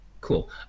cool